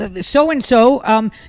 so-and-so